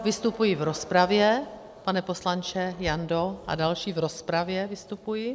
Vystupuji v rozpravě, pane poslanče Jando a další, v rozpravě vystupuji.